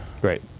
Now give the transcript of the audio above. Great